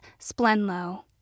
Splenlow